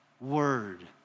Word